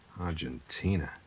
Argentina